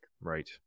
Right